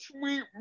sweet